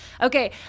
Okay